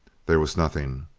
there was nothing.